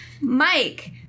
Mike